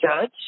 judge